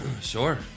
Sure